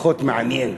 פחות מעניין.